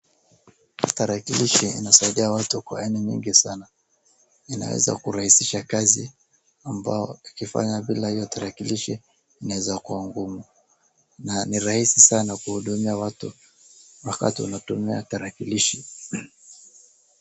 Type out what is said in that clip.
Tarakilishi inasaidia watu kwa aina nyingi sana, inaweza kurahisisha kazi ambayo ukifanya bila hiyo tarakilishi inaeza kuwa ngumu, na ni rahisi sana kuhudumia watu wakati unatumia tarakilishi.